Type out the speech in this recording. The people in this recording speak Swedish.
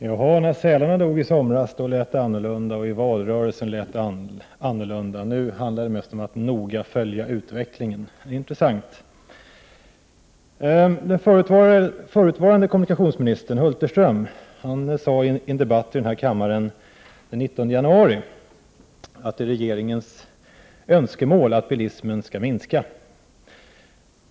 Herr talman! Ja, när sälarna dog i somras lät det annorlunda, och i valrörelsen lät det annorlunda. Nu handlar det mest om att ”noga följa utvecklingen”. Det är intressant. Den förutvarande kommunikationsministern Hulterström sade i en debatt i denna kammare den 19 januari att det är regeringens önskemål att bilismen skall minska.